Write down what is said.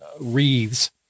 wreaths